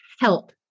help